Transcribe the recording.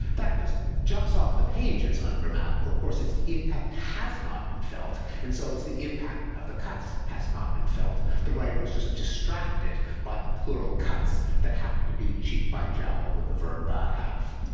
that just jumps off the page as ungrammatical. of course, it's impact has not been felt, and so it's the impact of the cuts has not been felt. the writer was just distracted by the plural cuts that happened to be cheek by jowl with the verb ah have.